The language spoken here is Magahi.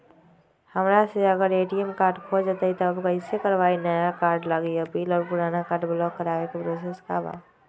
हमरा से अगर ए.टी.एम कार्ड खो जतई तब हम कईसे करवाई नया कार्ड लागी अपील और पुराना कार्ड ब्लॉक करावे के प्रोसेस का बा?